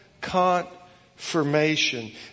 Confirmation